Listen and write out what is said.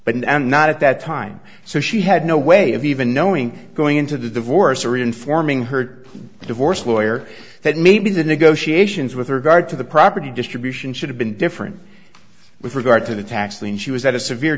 and not at that time so she had no way of even knowing going into the divorce or informing her divorce lawyer that maybe the negotiations with regard to the property distribution should have been different with regard to the tax lien she was at a severe